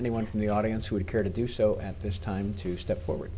anyone from the audience who would care to do so at this time to step forward